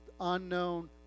unknown